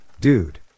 dude